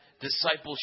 discipleship